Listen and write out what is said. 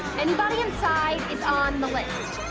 anybody inside is on the list.